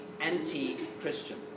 anti-christian